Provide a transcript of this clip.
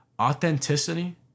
Authenticity